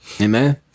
amen